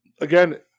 Again